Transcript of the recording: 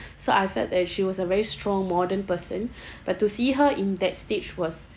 so I felt that she was a very strong modern person but to see her in that stage was